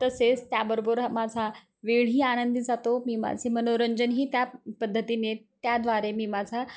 तसेच त्याबरोबर हा माझा वेळही आनंदी जातो मी माझे मनोरंजनही त्या पद्धतीने त्याद्वारे मी माझा